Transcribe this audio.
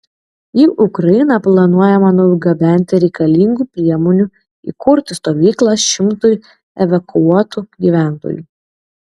į ukrainą planuojama nugabenti reikalingų priemonių įkurti stovyklą šimtui evakuotų gyventojų